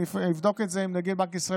אני אבדוק את זה עם נגיד בנק ישראל